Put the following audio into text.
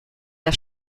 der